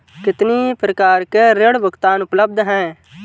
कितनी प्रकार के ऋण भुगतान उपलब्ध हैं?